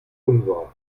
unwahr